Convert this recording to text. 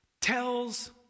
tells